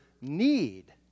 need